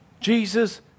Jesus